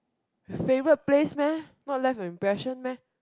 favourite place meh not left an impression meh